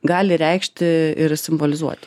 gali reikšti ir simbolizuoti